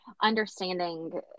understanding